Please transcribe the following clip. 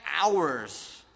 hours